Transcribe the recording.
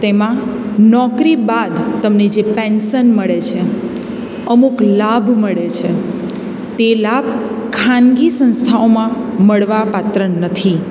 તેમાં નોકરી બાદ તમને જે પેન્સન મળે છે અમુક લાભ મળે છે તે લાભ ખાનગી સંસ્થાઓમાં મળવા પાત્ર નથી